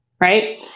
Right